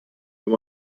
wenn